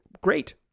great